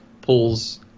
pulls